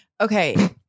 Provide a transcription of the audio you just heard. Okay